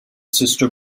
sister